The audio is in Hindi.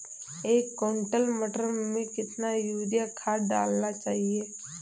एक कुंटल मटर में कितना यूरिया खाद मिलाना चाहिए?